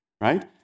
right